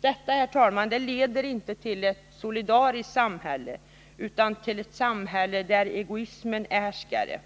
Detta, herr talman, leder inte till ett solidariskt samhälle, utan till ett samhälle där egoismen är härskare.